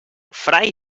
fray